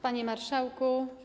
Panie Marszałku!